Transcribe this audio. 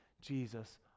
Jesus